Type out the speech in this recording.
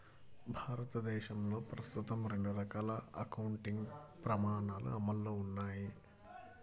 భారతదేశంలో ప్రస్తుతం రెండు రకాల అకౌంటింగ్ ప్రమాణాలు అమల్లో ఉన్నాయి